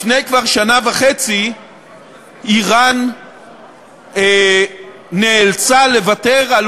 כבר לפני שנה וחצי איראן נאלצה לוותר על